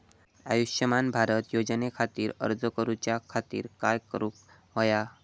आयुष्यमान भारत योजने खातिर अर्ज करूच्या खातिर काय करुक होया?